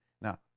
Now